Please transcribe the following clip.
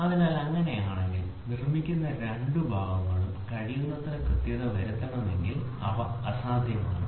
അതിനാൽ അങ്ങനെയാണെങ്കിൽ നിർമ്മിക്കുന്ന രണ്ട് ഭാഗങ്ങളും കഴിയുന്നത്ര കൃത്യത വരുത്തണമെങ്കിൽ അവ അസാധ്യമാണ്